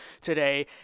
today